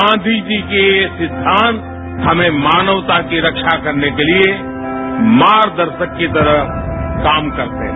गांधी जी के ये सिद्धांत हमें मानवता की रक्षा करने के लिए मार्गदर्शक की तरह काम करते हैं